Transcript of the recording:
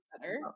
better